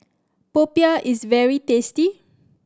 popiah is very tasty